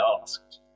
asked